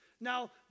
Now